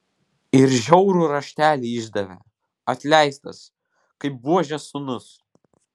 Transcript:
ir žiaurų raštelį išdavė atleistas kaip buožės sūnus